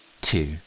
two